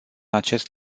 acest